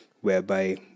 whereby